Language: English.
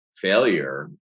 failure